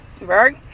Right